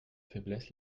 faiblesse